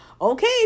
okay